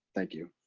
thank you.